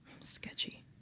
sketchy